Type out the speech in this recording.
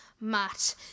match